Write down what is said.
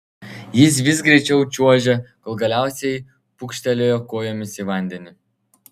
jis vis greičiau čiuožė kol galiausiai pūkštelėjo kojomis į vandenį